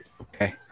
Okay